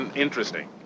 Interesting